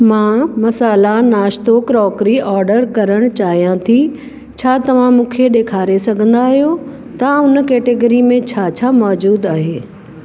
मां मसाल्हा नाश्तो क्रॉकरी ऑडर करणु चाहियां थी छा तव्हां मूंखे ॾेखारे सघंदा आहियो त उन कैटेगरी में छा छा मौजूदु आहे